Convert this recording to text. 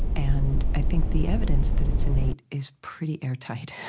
and i think the evidence that it's innate is pretty airtight.